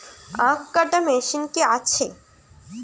আখ কাটা মেশিন কি আছে?